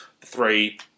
Three